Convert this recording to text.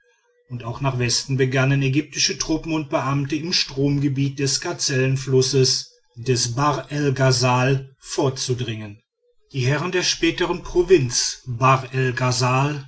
und auch nach westen begannen ägyptische truppen und beamte im stromgebiet des gazellenflusses des bahr el ghasal vorzudringen die herren der spätern provinz bahr el ghasal